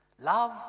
Love